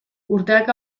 urteak